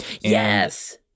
Yes